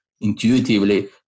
intuitively